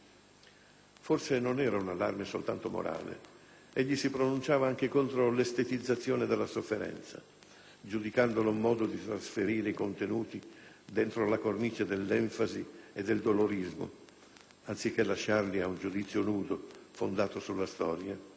Forse non era un allarme soltanto morale: egli si pronunciava anche contro l'«estetizzazione» della sofferenza, giudicandola un modo di trasferire i contenuti dentro la cornice dell'enfasi e del dolorismo, anziché lasciarli a un giudizio nudo, fondato sulla storia.